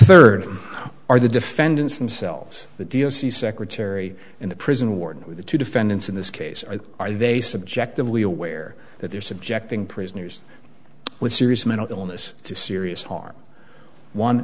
third are the defendants themselves the d s e secretary in the prison warden with a two defendants in this case are they subjectively aware that there subjecting prisoners with serious mental illness to serious harm one